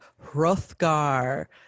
Hrothgar